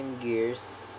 gears